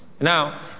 Now